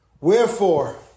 Wherefore